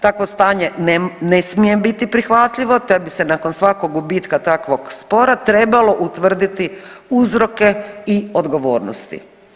Takvo stanje ne smije biti prihvatljivo te bi se nakon svakog gubitka takvog spora trebalo utvrditi uzroke i odgovornosti.